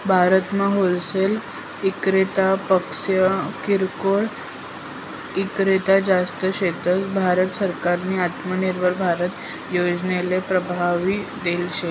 भारतमा होलसेल इक्रेतापक्सा किरकोय ईक्रेता जास्त शेतस, भारत सरकारनी आत्मनिर्भर भारत योजनाले उभारी देल शे